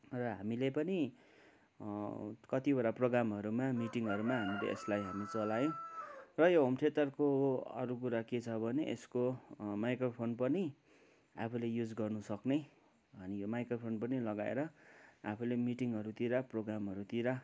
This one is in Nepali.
र हामीले पनि कतिवटा प्रोग्रामहरूमा मिटिङहरूमा हामीले यसलाई चलायौँ र यो होम थिएटरको अरू कुरा के छ भने यसको माइक्रोफोन पनि आफूले युज गर्नु सक्ने अनि माइक्रोफोन पनि लगाएर आफूले मिटिङहरूतिर प्रोग्रामहरूतिर